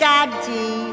Daddy